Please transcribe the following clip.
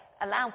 allow